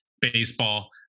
baseball